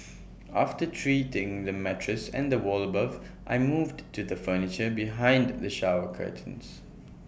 after treating the mattress and the wall above I moved to the furniture behind the shower curtains